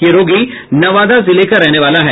यह रोगी नवादा जिले का रहने वाला है